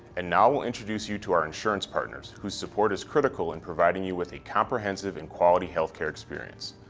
and now we'll introduce you to our insurance partners, whose support is critical in providing you with a comprehensive and quality healthcare experience.